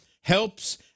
helps